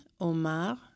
Omar